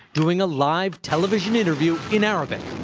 doing a live television interview in arabic.